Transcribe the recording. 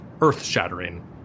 earth-shattering